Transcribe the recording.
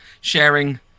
sharing